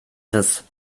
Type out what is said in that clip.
riss